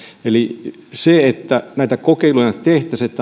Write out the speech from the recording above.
eli kun näitä kokeiluja tehtäisiin